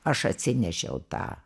aš atsinešiau tą